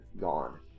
gone